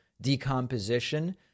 decomposition